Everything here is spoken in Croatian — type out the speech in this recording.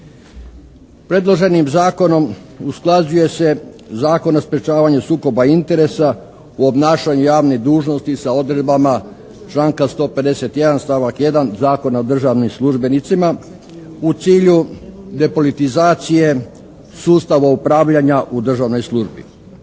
Predloženim zakonom usklađuje se Zakon o sprječavanju sukoba interesa u obnašanju javnih dužnosti sa odredbama članka 151. stavak 1. Zakona o državnim službenicima u cilju depolitizacije sustava upravljanja u državnoj službi.